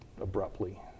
abruptly